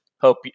Hope